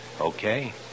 okay